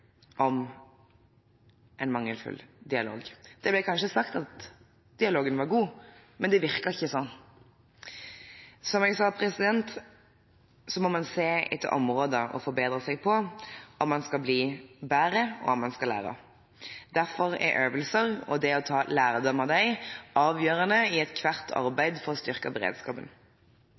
om en mangelfull dialog. Det ble kanskje sagt at dialogen var god, men det virket ikke sånn. Som jeg sa, må man se etter områder å forbedre seg på om man skal bli bedre, og om man skal lære. Derfor er øvelser og det å ta lærdom av dem avgjørende i